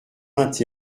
vingt